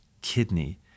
kidney